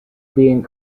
being